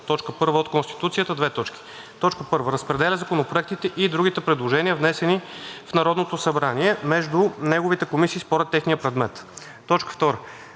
т. 1 от Конституцията: 1. разпределя законопроектите и другите предложения, внесени в Народното събрание, между неговите комисии според техния предмет; 2.